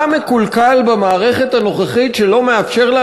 מה מקולקל במערכת הנוכחית שלא מאפשר לה